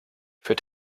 für